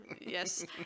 Yes